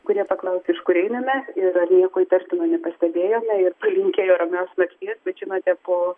kurie paklausė iš kur einame ir ar nieko įtartino nepastebėjome ir palinkėjo ramios nakties bet žinote po